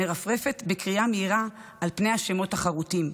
מרפרפת בקריאה מהירה על פני השמות החרוטים.